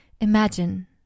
Imagine